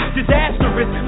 disastrous